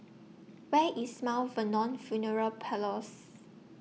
Where IS Mount Vernon Funeral Parlours